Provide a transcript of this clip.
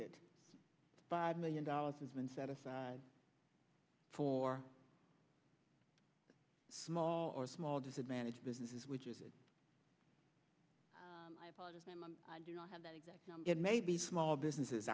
it five million dollars has been set aside for small or small disadvantaged businesses which is it and it may be small businesses